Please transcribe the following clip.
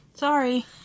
sorry